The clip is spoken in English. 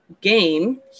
game